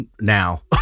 now